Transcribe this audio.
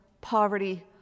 poverty